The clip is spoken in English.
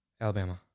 Alabama